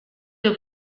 edo